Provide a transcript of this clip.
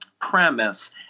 premise